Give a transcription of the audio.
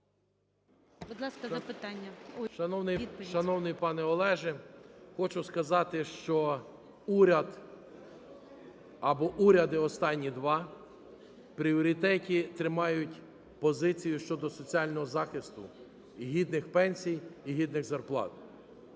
Шановний пане Олеже! Хочу сказати, що уряд, або уряди останні два, в пріоритеті тримають позицію щодо соціального захисту і гідних пенсій і гідних зарплат.